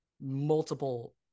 multiple